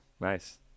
Nice